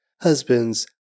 Husbands